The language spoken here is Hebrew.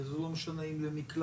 וזה לא משנה אם למקלחת